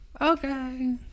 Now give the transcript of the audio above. Okay